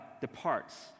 departs